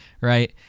right